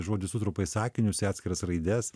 žodis sutrupa į sakinius į atskiras raides